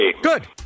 Good